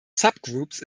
subgroups